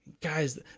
Guys